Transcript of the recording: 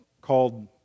called